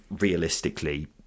realistically